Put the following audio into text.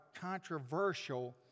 controversial